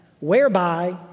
whereby